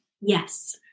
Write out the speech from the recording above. Yes